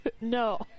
No